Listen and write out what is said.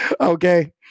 Okay